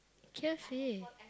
K_F_C